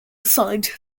assigned